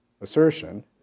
assertion